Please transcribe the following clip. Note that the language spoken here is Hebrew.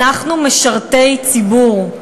אנחנו משרתי ציבור.